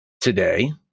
today